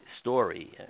story